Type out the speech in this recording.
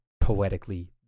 poetically